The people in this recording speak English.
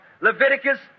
Leviticus